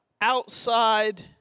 outside